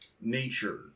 nature